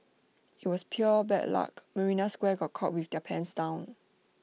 IT was pure bad luck marina square got caught with their pants down